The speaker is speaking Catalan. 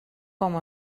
com